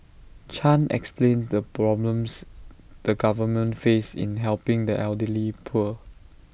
chan explained the problems the government face in helping the elderly poor